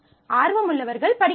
ஆர்வமுள்ளவர்கள் படிக்கலாம்